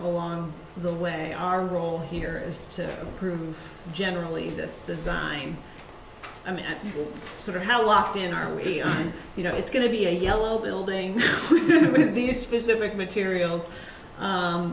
along the way our role here is to prove generally this design i mean so how locked in are we on you know it's going to be a yellow building these specific materials